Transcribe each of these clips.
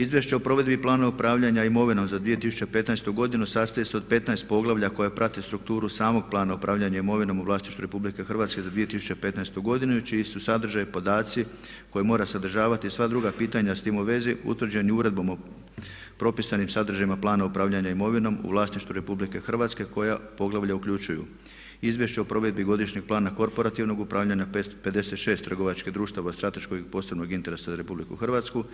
Izvješća o provedbi i planu upravljanja imovine za 2015. godinu sastoji se od 15 poglavlja koja prate strukturu samog plana upravljanja imovinom u vlasništvu Republike Hrvatske za 2015. godinu i čiji su sadržaji podaci koje mora sadržavati i sva druga pitanja s tim u vezi utvrđeni uredbom o propisanim sadržajima plana upravljanja imovinom u vlasništvu Republike Hrvatske koja poglavlja uključuju: Izvješće o provedbi Godišnjeg plana korporativnog upravljanja 556 trgovačkih društava od strateškog i posebnog interesa za Republiku Hrvatsku,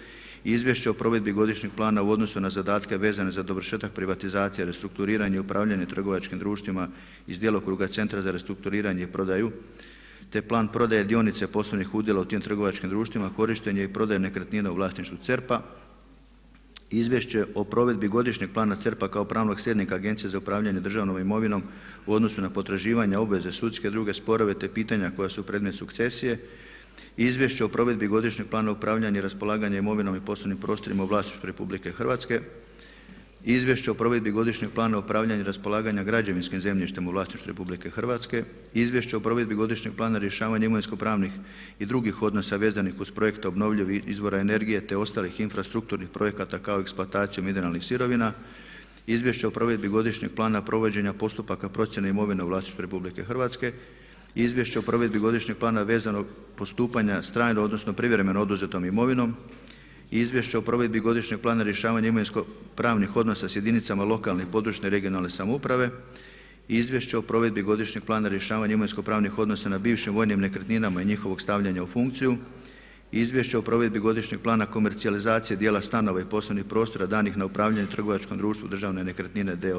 Izvješće o provedbi Godišnjeg plana u odnosu na zadatke vezane za dovršetak privatizacije, restrukturiranje i upravljanje trgovačkim društvima iz djelokruga Centra za restrukturiranje i prodaju, te Plan prodaje dionice poslovnih udjela u tim trgovačkim društvima, korištenje i prodaju nekretnina u vlasništvu CERP-a, Izvješće o provedbi Godišnjeg plana CERP-a kao pravnog slijednika Agencije za upravljanje državnom imovinom u odnosu na potraživanja, obveze, sudske i druge sporove te pitanja koja su predmet sukcesije, Izvješće o provedbi Godišnjeg plana upravljanja i raspolaganja imovinom i poslovnim prostorima u vlasništvu Republike Hrvatske, Izvješće o provedbi Godišnjeg plana upravljanja i raspolaganja građevinskim zemljištem u vlasništvu Republike Hrvatske, Izvješće o provedbi Godišnjeg plana rješavanja imovinsko-pravnih i drugih odnosa vezanih uz projekte obnovljivih izvora energije, te ostalih infrastrukturnih projekata kao eksploataciju mineralnih sirovina, Izvješće o provedbi Godišnjeg plana provođenja postupaka procjene imovine u vlasništvu Republike Hrvatske, Izvješće o provedbi Godišnjeg plana vezanog postupanja s trajno odnosno privremeno oduzetom imovinom i Izvješće o provedbi Godišnjeg plana rješavanja imovinsko-pravnih odnosa s jedinicama lokalne i područne (regionalne samouprave) i Izvješće o provedbi Godišnjeg plana rješavanja imovinsko-pravnih odnosa na bivšim vojnim nekretninama i njihovog stavljanja u funkciju, Izvješće o provedbi Godišnjeg plana komercijalizacije dijela stanova i poslovnih prostora danih na upravljanje trgovačkom društvu „Državne nekretnine d.o.o.